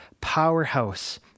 powerhouse